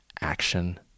action